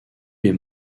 les